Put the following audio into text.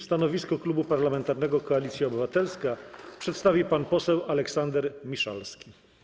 Stanowisko Klubu Parlamentarnego Koalicja Obywatelska przedstawi pan poseł Aleksander Miszalski.